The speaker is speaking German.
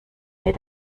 mir